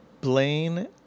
Blaine